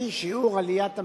לפי שיעור עליית המדד.